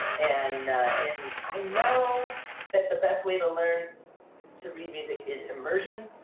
and and i know that the best way to learn to read music is immersion.